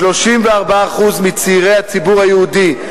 34% מצעירי הציבור היהודי,